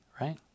right